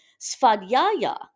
Svadhyaya